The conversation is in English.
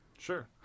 Sure